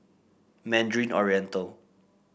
Mandarin Oriental